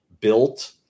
built